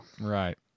Right